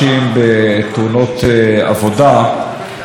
ובאמת דיבר חברי קודם,